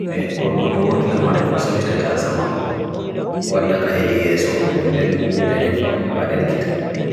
Ko njangudo carpet jonta konngol, soowdi ɓamtaare e hakki. Foti to ɓamtaare ɓe njangudo e foti ɓamtaare soowdi daande.